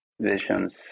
visions